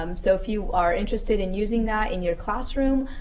um so if you are interested in using that in your classroom,